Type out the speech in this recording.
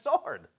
sword